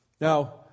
Now